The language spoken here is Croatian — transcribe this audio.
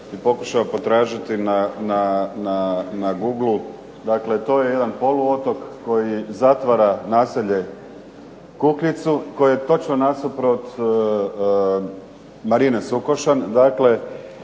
pokušao potražiti na Google-u, dakle to je jedan poluotok koji zatvara naselje Kukljicu koje je točno nasuprot Marine Sukošan.